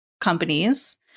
companies